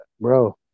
bro